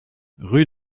rue